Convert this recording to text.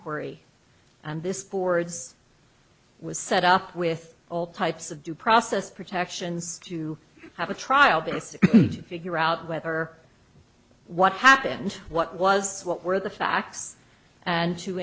and this board's was set up with all types of due process protections to have a trial basis to figure out whether what happened what was what were the facts and to